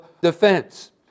defense